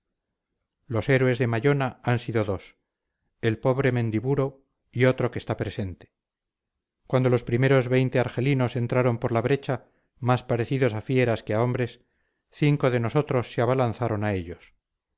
los héroes de mallona han sido dos el pobre mendiburu y otro que está presente cuando los primeros veinte argelinos entraron por la brecha más parecidos a fieras que a hombres cinco de nosotros se abalanzaron a ellos